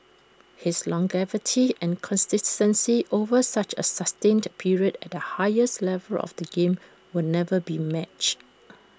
his longevity and consistency over such A sustained period at the highest level of the game will never be matched